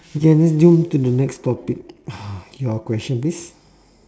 K let's jump to the next topic your question please